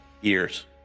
years